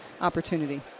opportunity